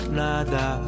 nada